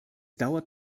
dauert